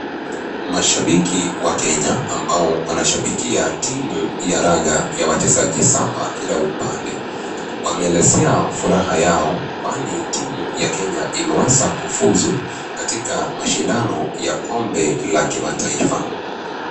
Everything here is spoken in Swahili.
Mashabiki wa Kenya ambao wanashambikia timu ya raga ya wachezaji saba kila upande wameelezea furaha yao kwani timu ya Kenya imeweza kufunzu katika mashindano ya kombe la kimataifa.